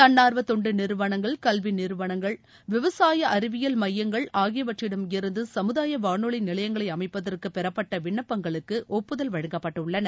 தன்னார்வதொண்டுநிறுவனங்கள் விவசாயஅறிவியல் மையங்கள் ஆகியவற்றிட மிருந்துசமுதாயவானொலிநிலையங்களைஅமைப்பதற்குபெறப்பட்ட விண்ணப்பங்களுக்குஒப்புத ல் வழங்கப்பட்டுள்ளன